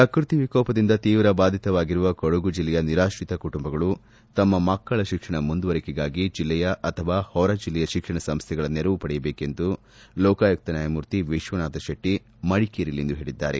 ಶ್ರಕೃತಿ ವಿಕೋಪದಿಂದ ತೀವ್ರ ಬಾಧಿತವಾಗಿರುವ ಕೊಡಗು ಜಿಲ್ಲೆಯ ನಿರಾತ್ರಿತ ಕುಟುಂಬಗಳು ತಮ್ಮ ಮಕ್ಕಳ ಶಿಕ್ಷಣ ಮುಂದುವರಿಕೆಗಾಗಿ ಜಿಲ್ಲೆಯ ಅಥವಾ ಹೊರಜಿಲ್ಲೆಯ ಶಿಕ್ಷಣ ಸಂಸ್ಥೆಗಳ ನೆರವು ಪಡೆಯಬೇಕೆಂದು ಲೋಕಾಯುಕ್ತ ನ್ಯಾಯಮೂರ್ತಿ ವಿಶ್ವನಾಥ ಶೆಟ್ಟಿ ಮಡಿಕೇರಿಯಲ್ಲಿಂದು ಹೇಳಿದ್ದಾರೆ